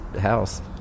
house